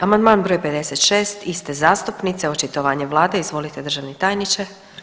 Amandman br. 56. iste zastupnice, očitovanje vlade, izvolite državni tajniče.